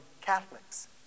Catholics